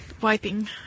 Wiping